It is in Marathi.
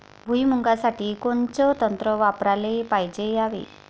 भुइमुगा साठी कोनचं तंत्र वापराले पायजे यावे?